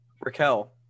Raquel